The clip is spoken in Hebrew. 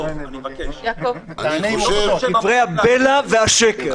לענות לדברי הבלע והשקר.